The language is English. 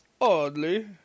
Oddly